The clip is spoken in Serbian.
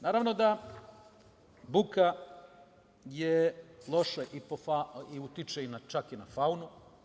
Naravno da je buka loša i utiče čak i na faunu.